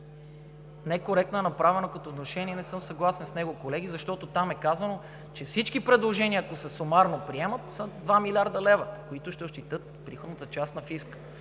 Некоректно е направено като внушение и не съм съгласен с него, колеги, защото там е казано, че всички предложения, ако се приемат сумарно, са 2 млрд. лв., които ще ощетят приходната част на фиска.